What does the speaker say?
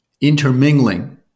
intermingling